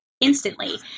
instantly